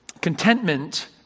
Contentment